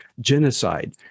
genocide